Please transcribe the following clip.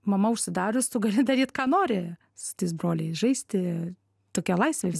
mama užsidarius tu gali daryt ką nori su tais broliais žaisti tokia laisvė vis